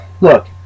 look